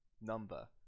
number